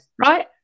right